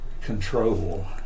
control